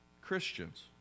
Christians